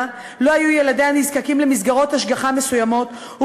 לא היו ילדיה נזקקים למסגרות השגחה מסוימות,